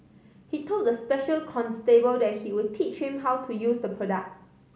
he told the special constable that he would teach him how to use the products